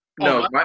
No